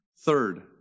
Third